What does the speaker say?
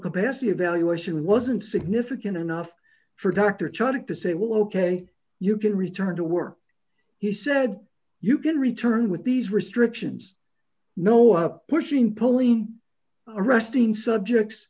capacity evaluation wasn't significant enough for dr charter to say well ok you can return to work he said you can return with these restrictions no up pushing pulling arresting subjects